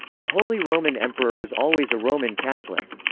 the holy roman emperor was always a roman catholic.